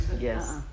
Yes